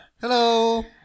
Hello